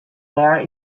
there